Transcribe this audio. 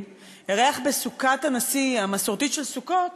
אירח בסוכת הנשיא המסורתית בסוכות